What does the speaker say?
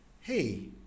hey